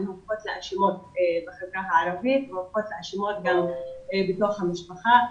הן הופכות לאשמות בחברה הערבית והופכות לאשמות גם בתוך המשפחה,